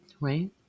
Right